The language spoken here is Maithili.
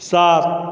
सात